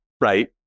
Right